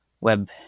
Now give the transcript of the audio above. web